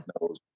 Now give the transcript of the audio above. knows